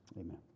Amen